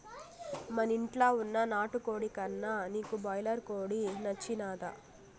మనింట్ల వున్న నాటుకోడి కన్నా నీకు బాయిలర్ కోడి నచ్చినాదా